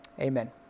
Amen